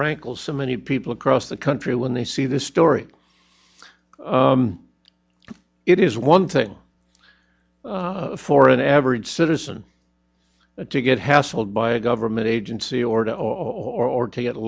rankles so many people across the country when they see this story it is one thing for an average citizen to get hassled by a government agency or two or to get